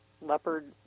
leopard